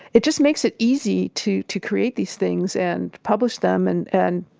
it just makes it easy to to create these things and publish them and and